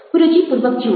રુચિપૂર્વક જુઓ